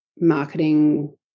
marketing